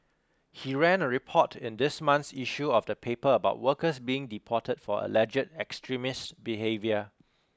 he ran a report in this month's issue of the paper about workers being deported for alleged extremist behaviour